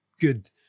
good